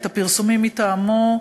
הפרסומים מטעמו.